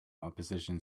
opposition